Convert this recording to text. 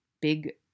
big